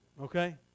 okay